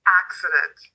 accident